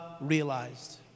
realized